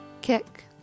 kick